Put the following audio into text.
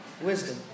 Wisdom